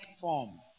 form